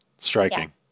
striking